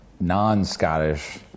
non-Scottish